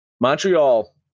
Montreal